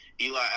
Eli